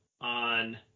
on